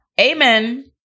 Amen